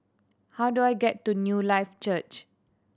how do I get to Newlife Church